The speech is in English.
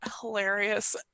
hilarious